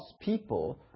people